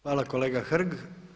Hvala kolega Hrg.